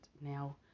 now